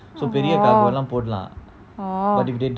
oh oh